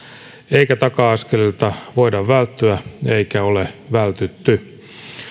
eikä taka askelilta voida välttyä eikä ole vältytty